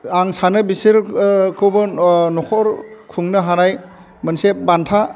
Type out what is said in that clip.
आं सानो बिसोरखौबो न'खर खुंनो हानाय मोनसे बान्था